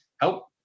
help